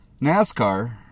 NASCAR